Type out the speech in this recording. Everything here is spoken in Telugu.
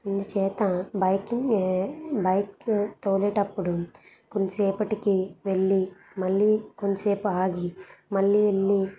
అందుచేత బైకింగ్ ఏ బైక్ తోలేటప్పుడు కొంతసేపటికి వెళ్ళి మళ్ళీ కొంతసేపు ఆగి మళ్ళీ వెళ్ళి